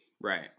Right